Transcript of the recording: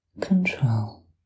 control